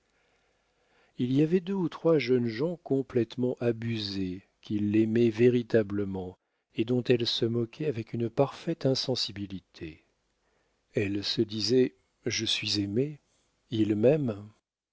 il y avait deux ou trois jeunes gens complétement abusés qui l'aimaient véritablement et dont elle se moquait avec une parfaite insensibilité elle se disait je suis aimée il m'aime